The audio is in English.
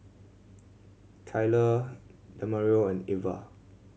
Kyler Demario and Irva